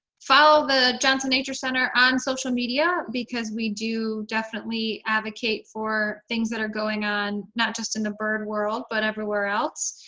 follow the johnson nature center on social media because we do definitely advocate for things that are going on, not just in the bird world, but everywhere else.